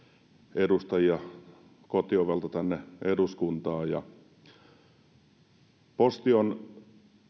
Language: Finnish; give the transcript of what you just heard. edustajia kotiovelta tänne eduskuntaan posti on